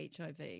HIV